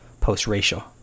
post-racial